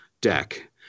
deck